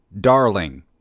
Darling